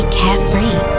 carefree